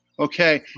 Okay